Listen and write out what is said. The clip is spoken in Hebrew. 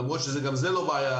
למרות שגם זה לא בעיה.